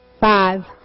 Five